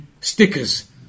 Stickers